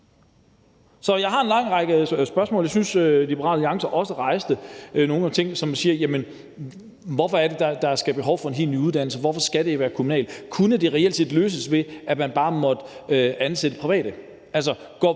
Så jeg har en lang række spørgsmål. Liberal Alliance rejste også nogle ting, bl.a. hvorfor der er behov for en helt ny uddannelse, hvorfor det skal være kommunalt. Kunne det reelt set løses ved, at man bare måtte ansætte private?